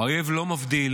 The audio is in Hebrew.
האויב לא מבדיל